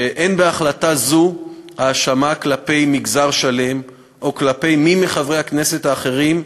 שאין בהחלטה זו האשמה כלפי מגזר שלם או כלפי מי מחברי הכנסת האחרים,